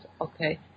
Okay